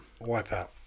Wipeout